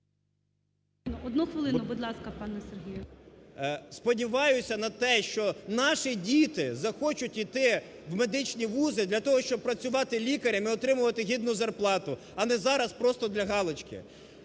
Одну хвилину, будь ласка, пане Сергію. БЕРЕЗЕНКО С.І. Сподіваюся на те, що наші діти захочуть йти у медичні вузи для того, щоб працювати лікарем і отримувати гідну зарплату, а не зараз просто для галочки.